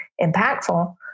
impactful